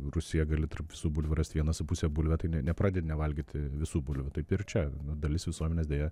rusija gali tarp visų bulvių rast vieną supuvusią bulvę tai ne nepradėti nevalgyti visų bulvių taip ir čia dalis visuomenės deja